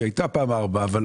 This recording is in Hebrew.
היא הייתה פעם 4. אבל